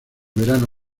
verano